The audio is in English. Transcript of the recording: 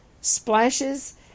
Splashes